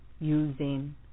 using